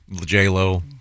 J-Lo